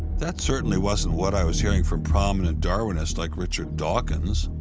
that certainly wasn't what i was hearing from prominent darwinists like richard dawkins.